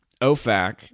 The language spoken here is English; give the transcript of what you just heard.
OFAC